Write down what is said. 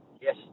Yes